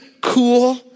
cool